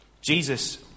Jesus